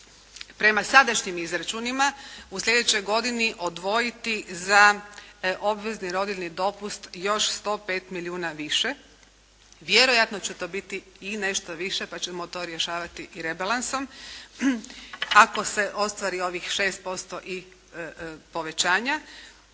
prema sadašnjim izračunima u slijedećoj godini odvojiti za obvezni rodiljni dopust još 105 milijuna više, vjerojatno će to biti i nešto više pa ćemo to rješavati i rebalansom ako se ostvari ovih 6% povećanja.